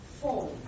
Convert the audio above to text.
four